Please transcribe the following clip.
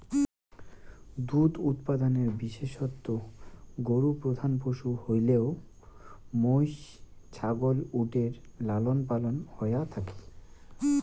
দুধ উৎপাদনে বিশেষতঃ গরু প্রধান পশু হইলেও মৈষ, ছাগল ও উটের লালনপালন হয়া থাকি